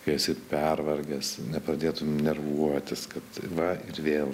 kai esi pervargęs nepradėtum nervuotis kad va ir vėl